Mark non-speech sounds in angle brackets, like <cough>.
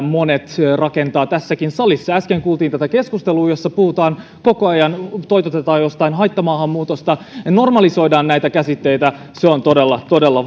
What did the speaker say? <unintelligible> monet rakentavat tässäkin salissa äsken kuultiin tätä keskustelua jossa toitotetaan koko ajan jostain haittamaahanmuutosta normalisoidaan näitä käsitteitä se on todella todella <unintelligible>